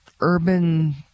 urban